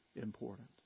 important